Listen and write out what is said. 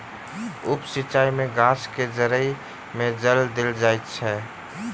उप सिचाई में गाछ के जइड़ में जल देल जाइत अछि